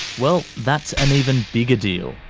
well, that's an even bigger deal.